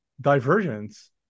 divergence